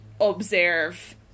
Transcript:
observe